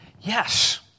Yes